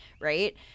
Right